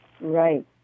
Right